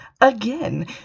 again